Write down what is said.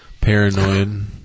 paranoid